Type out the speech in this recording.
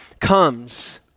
comes